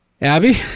Abby